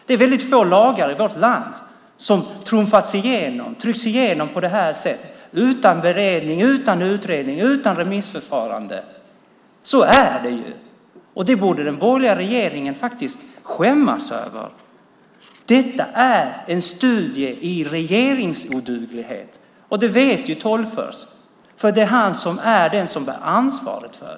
Det är väldigt få lagar i vårt land som trumfats igenom på det sättet, utan beredning, utan utredning, utan remissförfarande. Det borde den borgerliga regeringen skämmas över. Detta är en studie i regeringsoduglighet. Det vet Tolgfors, för det är han som bär ansvaret.